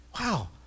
wow